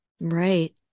Right